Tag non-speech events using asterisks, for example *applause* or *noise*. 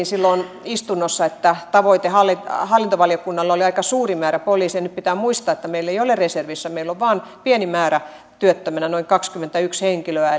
*unintelligible* silloin istunnossa että tavoite hallintovaliokunnalla oli aika suuri määrä poliiseja niin pitää muistaa että meillä ei ole reservissä meillä on vain pieni määrä työttömänä noin kaksikymmentäyksi henkilöä *unintelligible*